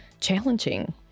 challenging